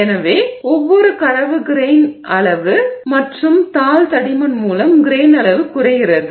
எனவே ஒவ்வொரு கடவு கிரெய்ன் அளவு மற்றும் தாள் தடிமன் மூலம் கிரெய்ன் அளவு குறைகிறது